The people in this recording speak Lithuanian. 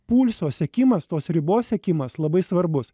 pulso sekimas tos ribos sekimas labai svarbus